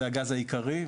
זה הגז העיקרי.